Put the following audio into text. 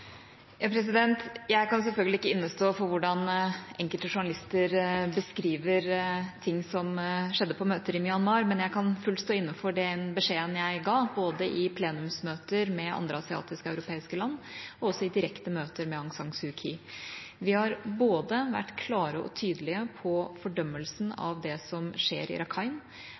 Jeg kan selvfølgelig ikke innestå for hvordan enkelte journalister beskriver ting som skjedde på møter i Myanmar, men jeg kan fullt stå inne for den beskjeden jeg ga, både i plenumsmøter med andre asiatiske og europeiske land og også i direkte møter med Aung San Suu Kyi. Vi har vært både klare og tydelige i fordømmelsen av det som skjer i